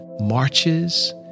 marches